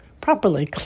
properly